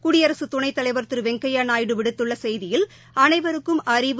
குடியரசுத் துணைத்தலைவா் திரு வெங்கையா நாயுடு விடுத்துள்ள செய்தியில் அனைவருக்கும் அறிவு